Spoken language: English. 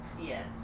yes